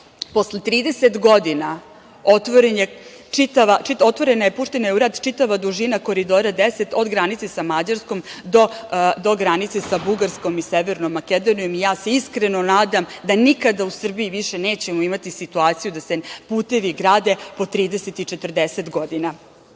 11.Posle 30 godina otvorena je, puštena je u rad čitava dužina Koridora 10, od granice sa Mađarskom do granice sa Bugarskom i Severnom Makedonijom. Ja se iskreno nadam da nikada u Srbiji nećemo imati situaciju da se putevi grade po 30 i 40